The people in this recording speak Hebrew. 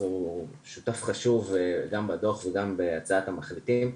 הוא שותף חשוב גם בדוח וגם בהצעת המחליטים.